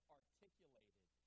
articulated